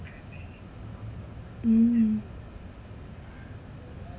mm